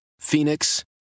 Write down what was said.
Phoenix